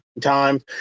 time